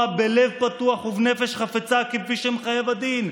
בלב פתוח ובנפש חפצה כפי שמחייב הדין,